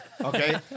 Okay